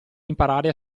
imparare